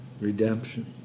redemption